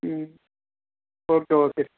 okay okay